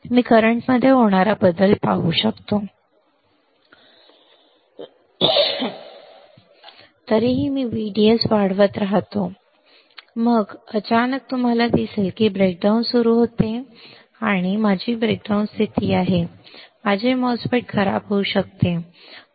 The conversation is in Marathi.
आणि मग ते व्हीजीएसला संतृप्त करत राहील ते येथे पोहोचेल तरीही मी व्हीडीएस वाढवत राहतो तरीही मी व्हीडीएस वाढवत राहतो मग अचानक तुम्हाला दिसेल की ते ब्रेकडाउन सुरू होते हे अचानक चालू होते आणि ही माझी ब्रेकडाउन स्थिती आहे आणि माझे MOSFET खराब होऊ शकते